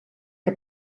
que